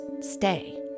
stay